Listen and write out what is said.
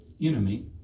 enemy